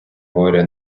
горя